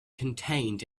contained